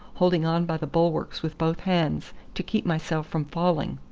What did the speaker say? holding on by the bulwarks with both hands to keep myself from falling.